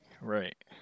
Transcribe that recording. right